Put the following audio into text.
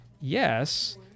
yes